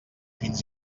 fins